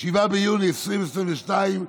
7 ביוני 2022,